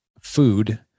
food